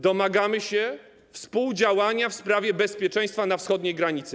Domagamy się współdziałania w sprawie bezpieczeństwa na wschodniej granicy.